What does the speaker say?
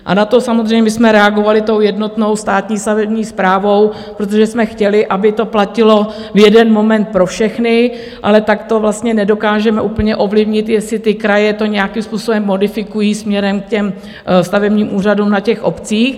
Na to samozřejmě my jsme reagovali jednotnou státní stavební správou, protože jsme chtěli, aby to platilo v jeden moment pro všechny, ale takto vlastně nedokážeme úplně ovlivnit, jestli kraje to nějakým způsobem modifikují směrem k stavebním úřadům na obcích.